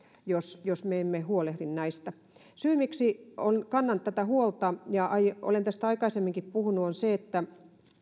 jos jos me emme huolehdi näistä syy miksi kannan tätä huolta ja olen tästä aikaisemminkin puhunut on se että